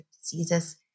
diseases